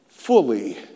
Fully